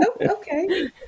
Okay